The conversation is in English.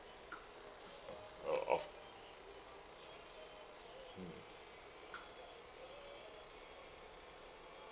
uh off mm